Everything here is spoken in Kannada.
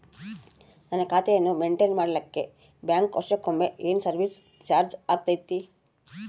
ನನ್ನ ಖಾತೆಯನ್ನು ಮೆಂಟೇನ್ ಮಾಡಿಲಿಕ್ಕೆ ಬ್ಯಾಂಕ್ ವರ್ಷಕೊಮ್ಮೆ ಏನು ಸರ್ವೇಸ್ ಚಾರ್ಜು ಹಾಕತೈತಿ?